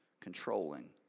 controlling